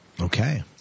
Okay